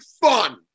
fun